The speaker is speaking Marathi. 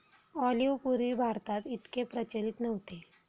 ऑलिव्ह पूर्वी भारतात इतके प्रचलित नव्हते